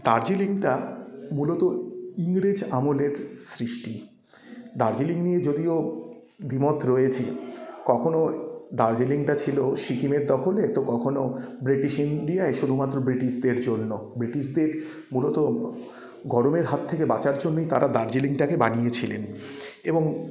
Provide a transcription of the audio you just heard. দার্জিলিংটা মূলত ইংরেজ আমলের সৃষ্টি দার্জিলিং নিয়ে যদিও দ্বিমত রয়েছে কখনো দর্জিলিংটা ছিলো সিকিমের দখলে তো কখনো ব্রিটিশ ইন্ডিয়ায় শুধুমাত্র ব্রিটিশদের জন্য ব্রিটিশদের মূলত গরমের হাত থেকে বাঁচার জন্যই তারা দার্জিলিংটাকে বানিয়েছিলেন এবং